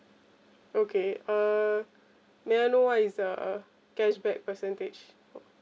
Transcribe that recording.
okay uh may I know what is the cashback percentage